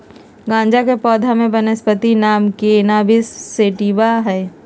गाँजा के पौधा के वानस्पति नाम कैनाबिस सैटिवा हइ